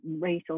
racial